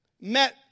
met